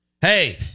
Hey